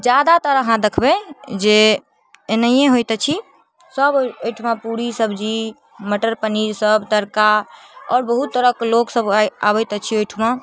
जादातर अहाँ दखबय जे एनहिये होइत अछि सब अइठमा पूड़ी सब्जी मटर पनीर सब तरका आओर बहुत तरहके लोक सब आबैत अछि ओइठमा